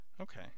Okay